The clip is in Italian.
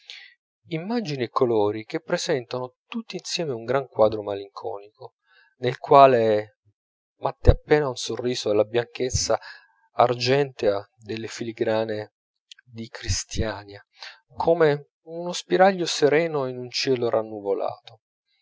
immagini e colori che presentano tutti insieme un gran quadro malinconico nel quale matte appena un sorriso la bianchezza argentea delle filigrane di cristiania come uno spiraglio sereno in un cielo rannuvolato